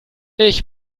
ich